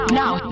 now